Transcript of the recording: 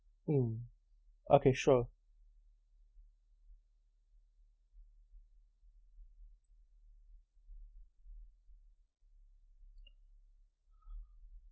mm okay sure